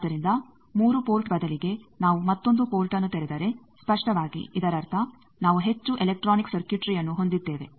ಆದ್ದರಿಂದ 3 ಪೋರ್ಟ್ ಬದಲಿಗೆ ನಾವು ಮತ್ತೊಂದು ಪೋರ್ಟ್ನ್ನು ತೆರೆದರೆ ಸ್ಪಷ್ಟವಾಗಿ ಇದರರ್ಥ ನಾವು ಹೆಚ್ಚು ಎಲೆಕ್ಟ್ರೋನಿಕ್ ಸರ್ಕ್ಯೂಟ್ರಿಯನ್ನು ಹೊಂದಿದ್ದೇವೆ